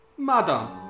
Madam